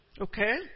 okay